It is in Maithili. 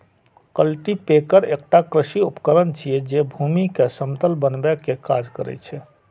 कल्टीपैकर एकटा कृषि उपकरण छियै, जे भूमि कें समतल बनबै के काज करै छै